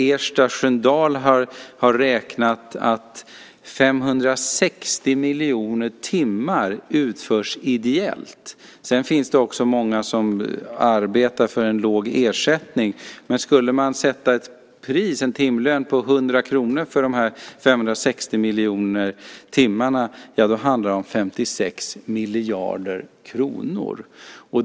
Ersta Sköndal har räknat ut att 560 miljoner timmars arbete utförs ideellt. Sedan finns det också många som arbetar för en låg ersättning. Om man satte en timlön på 100 kr för de 560 miljoner timmarna skulle det handla om 56 miljarder kronor.